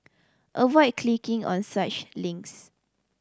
avoid clicking on such links